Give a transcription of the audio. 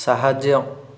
ସାହାଯ୍ୟ